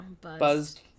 Buzzed